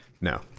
No